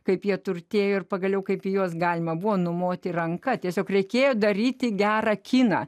kaip jie turtėjo ir pagaliau kaip juos galima buvo numoti ranka tiesiog reikėjo daryti gerą kiną